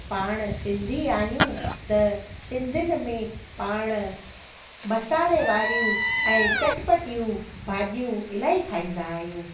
पाण सिंधी आहियूं त सिंधियुनि में पाण मसाल्हे वारियूं ऐं चटपटियूं भाॼियूं इलाही खाईंदा आहियूं